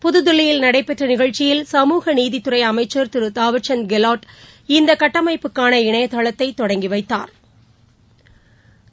புதுதில்லியில் நடைபெற்ற நிகழ்ச்சியில் சமூக நீதித்துறை அமைச்சள் திரு தாவா்சந்த் கெலாட் இந்த கட்டமைப்புக்கான இணைதளத்தை தொடங்கி வைத்தாா்